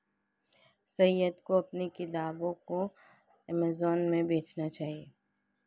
सैयद को अपने किताबों को अमेजन पर बेचना चाहिए